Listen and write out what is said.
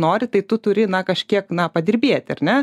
nori tai tu turi na kažkiek na padirbėti ar ne